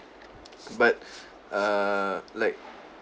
but err like